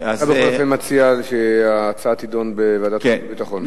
אתה בכל אופן מציע שההצעה תידון בוועדת החוץ והביטחון.